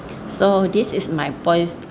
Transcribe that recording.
so this is my points